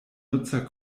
nutzer